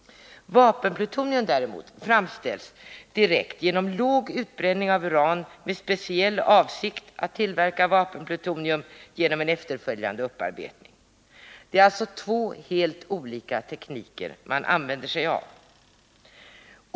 Vapenplutonium framställs däremot direkt genom låg utbränning av uran, med speciell avsikt att tillverka vapenplutonium genom en efterföljande upparbetning. Det är alltså två helt olika tekniker man använder sig av.